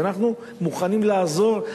ואנחנו מוכנים לעזור,